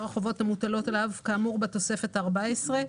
החובות המוטלות עליו כאמור בתוספת הארבע עשרה,